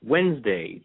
Wednesday